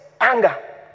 anger